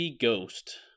Ghost